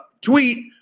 tweet